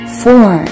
four